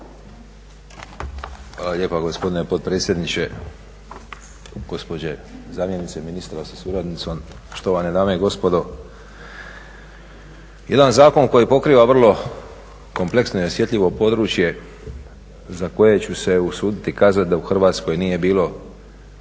Hvala lijepa gospodine potpredsjedniče, gospođe zamjenice ministra sa suradnicom, štovane dame i gospodo. Jedan zakon koji pokriva vrlo kompleksno i osjetljivo područje za koje ću se usuditi kazati da u Hrvatskoj nije bilo